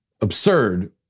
absurd